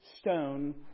stone